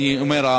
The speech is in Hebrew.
אני אומר,